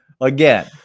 again